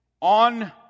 on